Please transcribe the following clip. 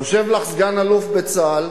יושב לך סגן אלוף בצה"ל,